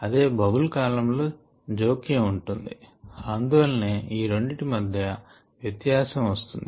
అదే bubble column లో జోక్యం ఉంటుంది అందువలనే ఈ రెండిటి మధ్య వ్యత్యాసం వస్తుంది